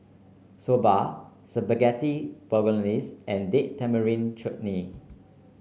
Soba Spaghetti Bolognese and Date Tamarind Chutney